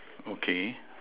okay